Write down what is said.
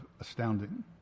astounding